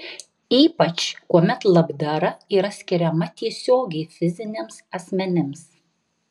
ypač kuomet labdara yra skiriama tiesiogiai fiziniams asmenims